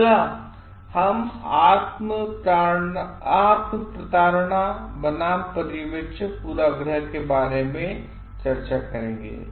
अगला हम आत्मप्रतारणा बनाम पर्यवेक्षक पूर्वाग्रह के बारे में चर्चा करेंगे